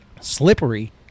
slippery